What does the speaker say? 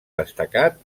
destacat